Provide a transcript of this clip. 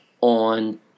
on